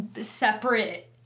separate